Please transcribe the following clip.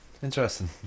Interesting